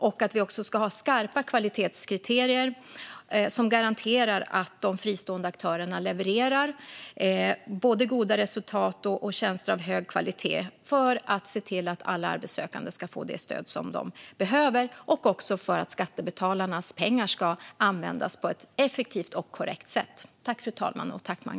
Vi ska också ha skarpa kvalitetskriterier som garanterar att de fristående aktörerna levererar både goda resultat och tjänster av hög kvalitet för att se till att alla arbetssökande ska få det stöd som de behöver och för att skattebetalarnas pengar ska användas på ett effektivt och korrekt sätt. Tack, Magnus Persson, för debatten!